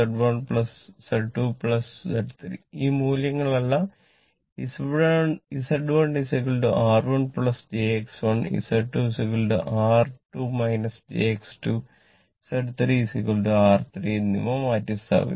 Z1 Z2 Z 3 ഈ മൂല്യങ്ങളെല്ലാം Z1 R1 jX1 Z2 r R2 jX2 Z 3 R3 എന്നിവ മാറ്റിസ്ഥാപിക്കുക